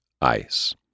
ice